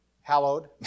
Hallowed